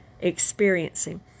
experiencing